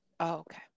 okay